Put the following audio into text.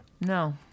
No